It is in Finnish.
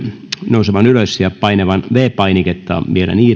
nousemaan ylös ja painamaan viides painiketta siis niitä jotka